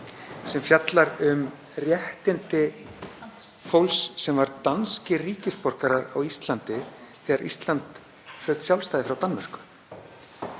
sem fjallar um réttindi fólks sem var danskir ríkisborgarar á Íslandi þegar Ísland hlaut sjálfstæði frá Danmörku.